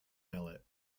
millet